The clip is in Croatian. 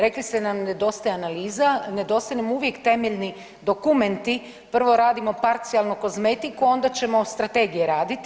Rekli ste nam, nedostaje analiza, nedostaje nam uvijek temeljni dokumenti, prvo radimo parcijalno kozmetiku, a onda ćemo strategije raditi.